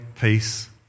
peace